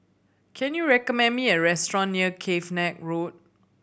can you recommend me a restaurant near Cavenagh Road